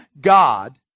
God